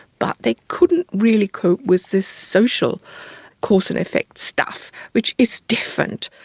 but they couldn't really cope with this social cause and effect stuff, which is different.